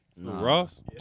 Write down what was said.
Ross